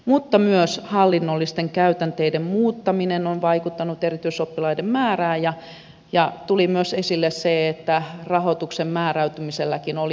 mutta myös hallinnollisten käytänteiden muuttaminen on vaikuttanut erityisoppilaiden määrään ja tuli myös esille se että rahoituksen määräytymiselläkin oli merkitystä